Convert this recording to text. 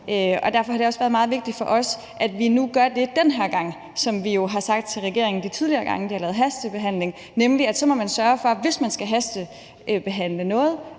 derfor har det også været meget vigtigt for os, at vi nu gør det den her gang, som vi jo har sagt til regeringen de tidligere gange, hvor de har lavet hastebehandling, at hvis man skal hastebehandle noget,